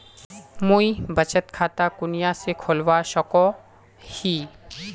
मुई बचत खता कुनियाँ से खोलवा सको ही?